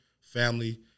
family